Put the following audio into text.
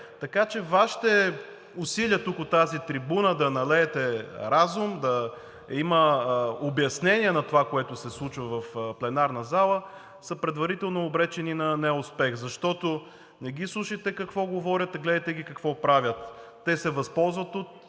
Така че Вашите усилия от тази трибуна да налеете разум, да има обяснение на това, което се случва в пленарната зала, е предварително обречено на неуспех, защото не ги слушайте какво говорят, а гледайте ги какво правят! Те се възползват от